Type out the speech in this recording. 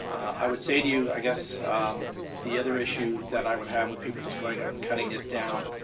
i would say to you i guess the other issue that i would have with people just going out and cutting it down